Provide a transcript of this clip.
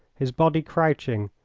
his body crouching,